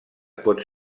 pot